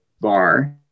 bar